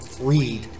read